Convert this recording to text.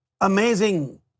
amazing